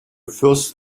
first